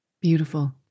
Beautiful